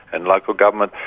and local government,